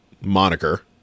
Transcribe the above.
moniker